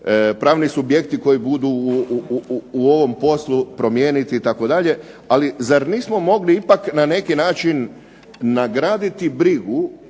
pravni subjekti koji budu u ovom poslu promijeniti itd., ali za nismo mogli ipak na neki način nagraditi brigu